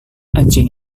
anjing